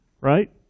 Right